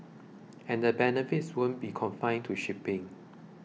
and the benefits wouldn't be confined to shipping